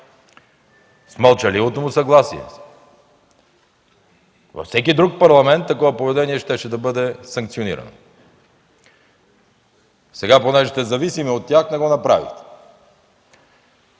С мълчаливото му съгласие. Във всеки друг Парламент такова поведение щеше да бъде санкционирано. Сега, понеже сте зависими от тях, не го направихте.